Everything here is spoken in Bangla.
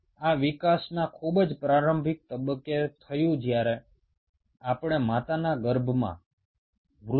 এই ঘটনাগুলো সাধারণত ডেভলপমেন্টের একেবারে প্রথম পর্যায়ে ঘটে যখন আমরা মাতৃগর্ভে থাকি